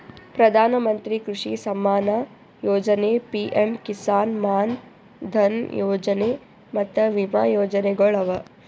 ಪ್ರಧಾನ ಮಂತ್ರಿ ಕೃಷಿ ಸಮ್ಮಾನ ಯೊಜನೆ, ಪಿಎಂ ಕಿಸಾನ್ ಮಾನ್ ಧನ್ ಯೊಜನೆ ಮತ್ತ ವಿಮಾ ಯೋಜನೆಗೊಳ್ ಅವಾ